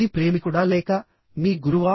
అది ప్రేమికుడా లేక మీ గురువా